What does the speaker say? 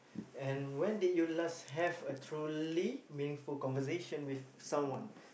and when did you last have a truly meaningful conversation with someone